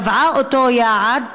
קבעה אותו יעד,